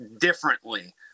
differently